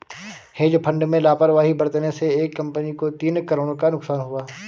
hedge fund में लापरवाही बरतने से एक कंपनी को तीन करोड़ का नुकसान हुआ